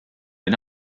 min